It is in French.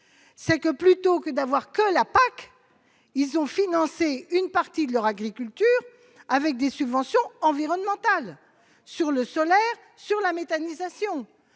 Au lieu de compter sur la PAC, ils ont financé une partie de leur agriculture avec des subventions environnementales pour le solaire et la méthanisation.